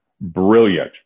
Brilliant